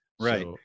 Right